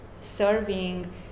serving